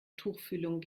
tuchfühlung